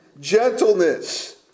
Gentleness